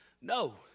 no